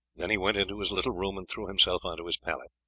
then he went into his little room and threw himself onto his pallet.